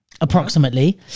approximately